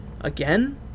again